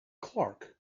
clark